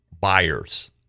buyers